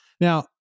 now